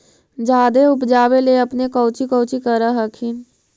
जादे उपजाबे ले अपने कौची कौची कर हखिन?